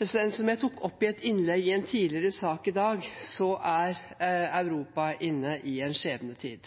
Som jeg tok opp i et innlegg i en tidligere sak i dag, er Europa inne i en skjebnetid.